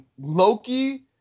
Loki